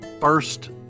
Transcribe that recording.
first